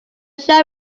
shall